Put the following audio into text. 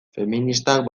feministak